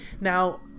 now